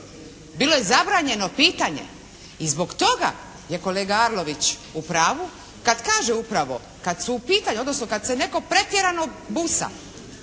bilo je zabranjeno pitanje i zbog toga je kolega Arlović u pravu kad kaže upravo kad su u pitanju, odnosno kad se netko pretjerano busa